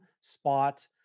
spot